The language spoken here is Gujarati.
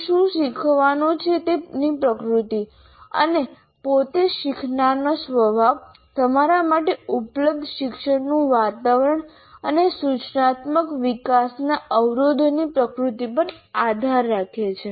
તે શું શીખવાનું છે તેની પ્રકૃતિ અને પોતે શીખનારનો સ્વભાવ તમારા માટે ઉપલબ્ધ શિક્ષણનું વાતાવરણ અને સૂચનાત્મક વિકાસના અવરોધોની પ્રકૃતિ પર આધાર રાખે છે